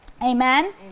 Amen